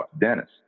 Dennis